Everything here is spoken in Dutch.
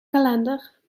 kalender